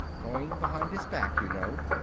going behind his back, you know.